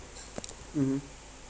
mmhmm